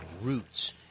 Roots